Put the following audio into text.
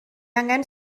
angen